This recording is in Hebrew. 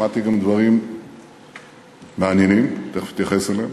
שמעתי גם דברים מעניינים, תכף אתייחס אליהם,